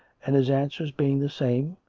and his answers being the same,